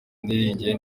niringiye